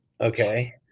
Okay